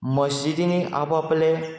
मस्जिदिनी आप आपआपले